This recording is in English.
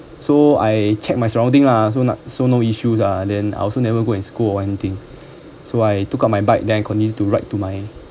so I checked my surrounding lah so not so no issues ah then I also never go and scold or anything so I took out my bike then I continued to ride to my